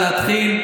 להתחיל,